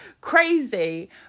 crazy